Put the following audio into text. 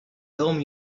term